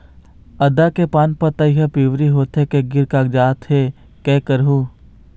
आदा के पान पतई हर पिवरी होथे के गिर कागजात हे, कै करहूं?